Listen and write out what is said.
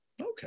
Okay